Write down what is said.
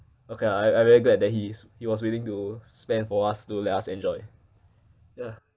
okay I I really glad that he is he was willing to spend for us to let us enjoy ya